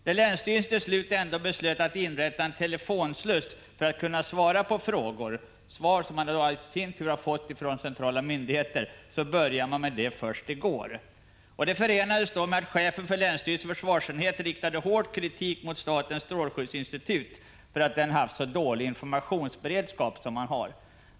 När länsstyrelsen till slut ändå beslöt inrätta en telefonsluss för att kunna ge svar på människors frågor, svar som länsstyrelsen själv hade fått från centrala myndigheter, så började denna verksamhet först igår. Beskedet om telefonslussen förenades med att chefen för länsstyrelsens försvarsenhet riktade hård kritik mot statens strålskyddsinstitut för att institutet haft så dålig informationsberedskap.